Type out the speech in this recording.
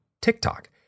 TikTok